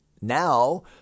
now